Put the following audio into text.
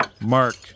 Mark